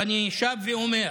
ואני שב ואומר: